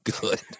Good